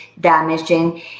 damaging